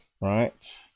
right